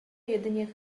jedynie